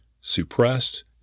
suppressed